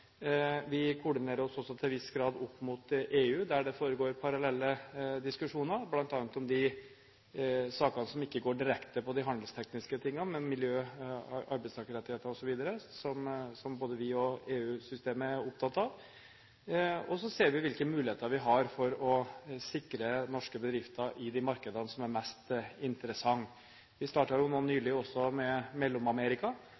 vi koordinerer oss også til en viss grad opp mot EU, der det foregår parallelle diskusjoner, bl.a. om de sakene som ikke går direkte på de handelstekniske tingene, men miljø, arbeidstakerrettigheter osv., som både vi og EU-systemet er opptatt av. Og så ser vi hvilke muligheter vi har for å sikre norske bedrifter i de markedene som er mest interessante. Vi startet nå